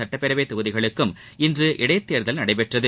சட்டப் பேரவைத் தொகுதிகளுக்கும் இன்று இடைத் தேர்தல் நடைபெற்றது